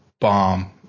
bomb